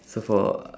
so for